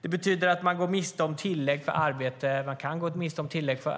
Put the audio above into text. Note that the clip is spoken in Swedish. Det betyder att man kan gå miste om tillägg för